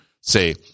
say